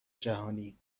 جهانی